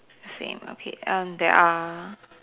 same okay err there are